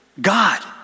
God